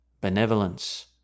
benevolence